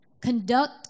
Conduct